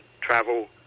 travel